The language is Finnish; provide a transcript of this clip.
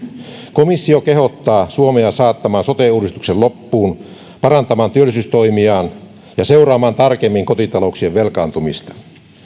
komissio kehottaa suomea saattamaan sote uudistuksen loppuun parantamaan työllisyystoimiaan ja seuraamaan tarkemmin kotitalouksien velkaantumista